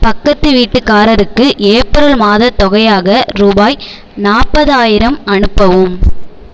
பக்கத்து வீட்டுக்காரருக்கு ஏப்ரல் மாதத் தொகையாக ரூபாய் நாற்பதாயிரம் அனுப்பவும்